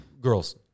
girls